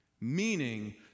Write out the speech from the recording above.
Meaning